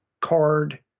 card